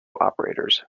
operators